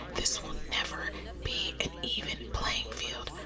this will never be an even playing field.